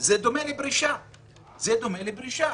בחרו על דעת שהוא יהיה משהו מסוים.